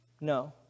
No